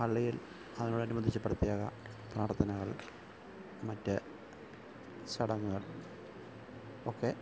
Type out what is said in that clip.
പള്ളിയിൽ അതിനോട് അനുബന്ധിച്ച് പ്രത്യേക പ്രാർത്ഥനകൾ മറ്റ് ചടങ്ങുകൾ ഒക്കെ